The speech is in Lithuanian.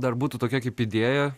dar būtų tokia kaip idėja